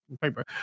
paper